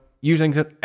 using